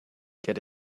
get